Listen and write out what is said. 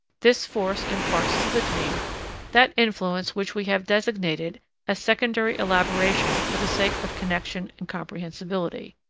this force imparts to the dream that influence which we have designated as secondary elaboration for the sake of connection and comprehensibility.